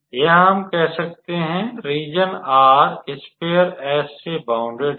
यहाँ हम कह सकते हैं रीज़न R स्फेयर S से बौंडेड है